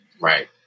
Right